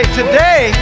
today